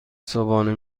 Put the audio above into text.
صبحانه